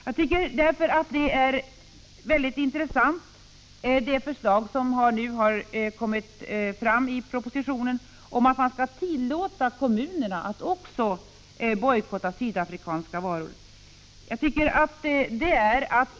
Jag tycker därför att det förslag som lagts fram i propositionen är väldigt intressant. Förslaget går ut på att också kommunerna skall tillåtas bojkotta sydafrikanska varor.